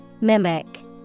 Mimic